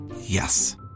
Yes